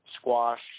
squash